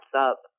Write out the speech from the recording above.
up